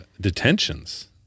detentions